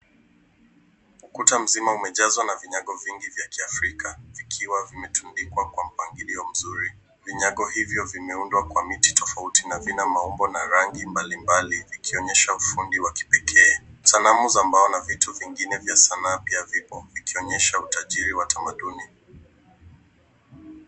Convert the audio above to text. Ukuta mzima umejazwa na vinyago vingi vya kiafrika, vikiwa vimetundikwa kwa mpangilio mzuri. Vinyago hivyo vimeundwa kwa miti tofauti na vina maumbo na rangi mbalimbali, ikionyesha fundi wa kipekee. Sanamu za mbao na vitu vingine vya sanaa pia vipo, vikionyesha utajiri wa tamaduni.